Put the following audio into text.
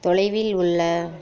தொலைவில் உள்ள